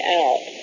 out